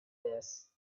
this